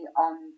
on